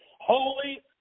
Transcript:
Holy